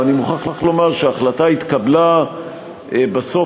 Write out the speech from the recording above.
ואני מוכרח לומר שההחלטה התקבלה בסוף,